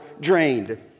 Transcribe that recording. drained